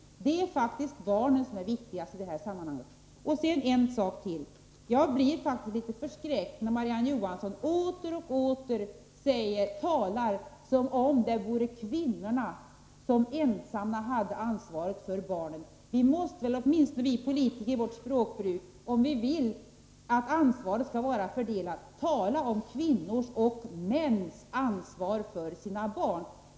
Det är faktiskt barnen som är viktigast i det här sammanhanget. Sedan vill jag ta upp ytterligare en sak. Jag blir faktiskt litet förskräckt när Marie-Ann Johansson hela tiden talar som om kvinnorna ensamma hade ansvaret för barnen. Åtminstone vi politiker måste väl i vårt språkbruk tala om kvinnors och mäns ansvar för sina barn, om vi vill att ansvaret skall vara fördelat.